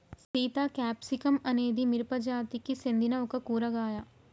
Sita capsicum అనేది మిరపజాతికి సెందిన ఒక కూరగాయ